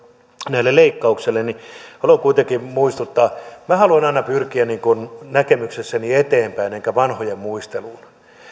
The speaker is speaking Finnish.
näille leikkauksille haluan kuitenkin muistuttaa että minä haluan aina pyrkiä näkemyksessäni eteenpäin enkä vanhojen muisteluun